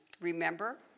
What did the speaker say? remember